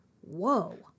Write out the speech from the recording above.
whoa